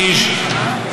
ועמוקה.